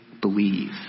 believe